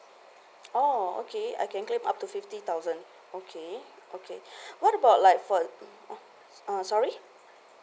oh okay I can claim up to fifty thousand okay okay what about like for uh sorry that